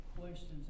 questions